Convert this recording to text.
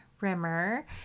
Rimmer